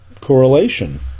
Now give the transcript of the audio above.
correlation